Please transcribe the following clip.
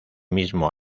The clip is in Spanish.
mismo